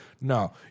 no